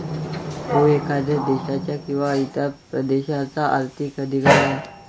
तो एखाद्या देशाचा किंवा इतर प्रदेशाचा आर्थिक अधिकार आहे